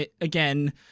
again